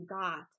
got